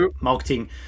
marketing